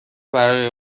برای